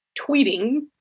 tweeting